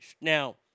Now